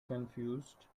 confused